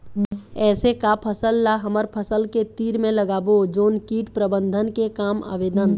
ऐसे का फसल ला हमर फसल के तीर मे लगाबो जोन कीट प्रबंधन के काम आवेदन?